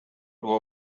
war